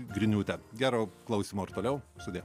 griniūte gero klausymo ir toliau sudie